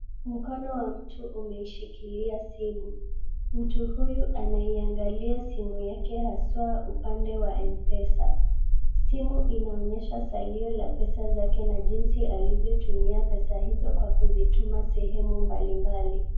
Mkono wa mtu umeishikilia simu. Mtu huyu anaiangalia simu yake haswa upande wa mpesa. Simu inaonyesha salio la pesa zake na jinsi alivyotumia pesa hizo kwa kuzituma sehemu mbalimbali.